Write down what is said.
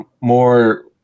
more